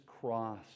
cross